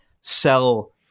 sell